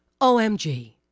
OMG